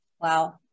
Wow